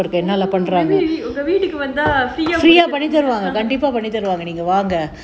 உங்க வீட்டுக்கு வந்தா:unga veetukku vantha free ah